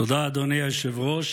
תודה, אדוני היושב-ראש.